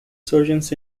surgeons